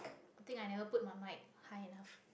i think i never put my mic high enough